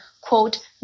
quote